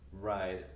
right